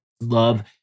love